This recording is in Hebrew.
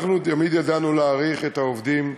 תמיד ידענו להעריך את העובדים,